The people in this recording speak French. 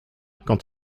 quand